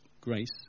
grace